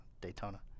Daytona